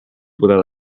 without